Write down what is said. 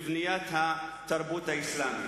בבניית התרבות האסלאמית.